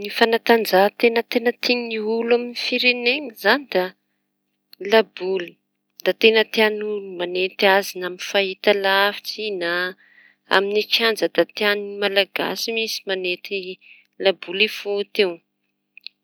Ny fanatanjahan-teña teña tiany olo amin'ny fireneniñy izañy da labôly. Da teña tiany olo ny mañety azy na amin'ny fahita lavitsy na amiñy kianja da tiany malagasy mihitsy mañenty labôly foty io.